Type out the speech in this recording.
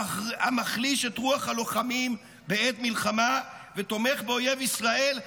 המחליש את רוח הלוחמים בעת מלחמה ותומך באויב ישראל,